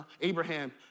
Abraham